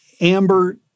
Amber